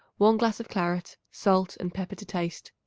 one glass of claret, salt and pepper to taste.